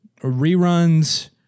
reruns